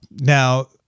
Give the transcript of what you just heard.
Now